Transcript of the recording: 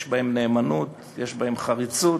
יש בהם נאמנות, יש בהם חריצות,